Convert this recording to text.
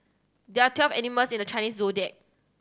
there are twelve animals in the Chinese Zodiac